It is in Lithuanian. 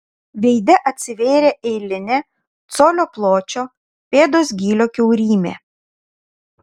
veide atsivėrė eilinė colio pločio pėdos gylio kiaurymė